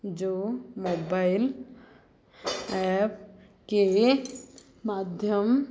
जो mobile app के माध्यम